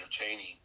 entertaining